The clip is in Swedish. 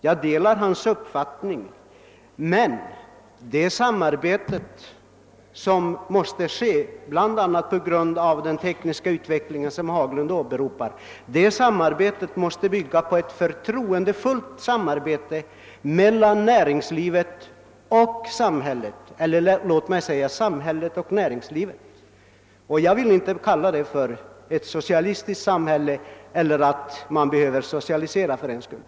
Jag delar hans uppfattning, men det samarbete som måste komma till stånd bl.a. på grund av den tekniska utveckling som herr Haglund åberopar måste bygga på en förtroendefull kontakt mellan samhället och näringslivet. Det innebär inte att vi måste socialisera samhället.